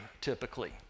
typically